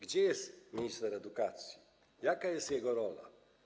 Gdzie jest minister edukacji, jaka jest jego rola?